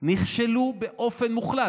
נכשלו באופן מוחלט.